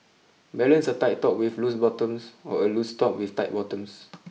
balance a tight top with loose bottoms or a loose top with tight bottoms